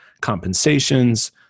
compensations